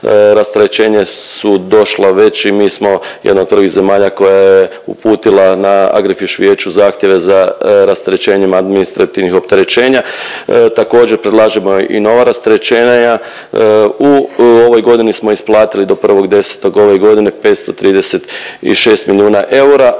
rasterećenja su došla već i mi smo jedna od prvih zemalja koja je uputila na AGRIFISH vijeću zahtjeve za rasterećenjem administrativnih opterećenja. Također predlažemo i nova rasterećenja u ovoj godini smo isplatili do 1.10. ove godine 536 milijuna eura,